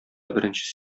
беренче